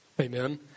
Amen